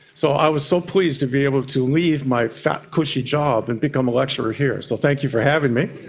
so i was so pleased to be able to leave my fat cushy job and become a lecturer here, so thank you for having me.